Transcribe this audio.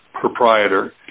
proprietor